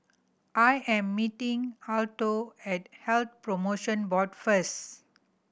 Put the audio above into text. I am meeting Alto at Health Promotion Board first